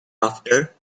after